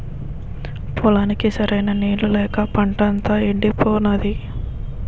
పొలానికి సరైన నీళ్ళు లేక పంటంతా యెండిపోనాది